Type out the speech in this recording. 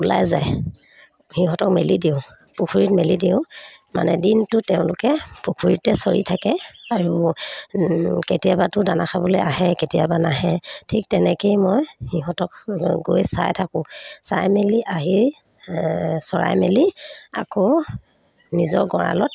ওলাই যায় সিহঁতক মেলি দিওঁ পুখুৰীত মেলি দিওঁ মানে দিনটো তেওঁলোকে পুখুৰীতে চৰি থাকে আৰু কেতিয়াবাটো দানা খাবলৈ আহে কেতিয়াবা নাহে ঠিক তেনেকেই মই সিহঁতক গৈ চাই থাকোঁ চাই মেলি আহি চৰাই মেলি আকৌ নিজৰ গঁৰালত